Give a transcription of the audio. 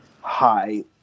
high